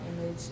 image